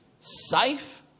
safe